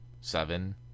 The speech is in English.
seven